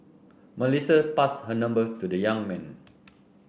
Melissa passed her number to the young man